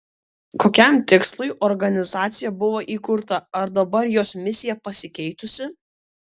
kokiam tikslui organizacija buvo įkurta ar dabar jos misija pasikeitusi